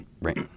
right